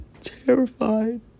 terrified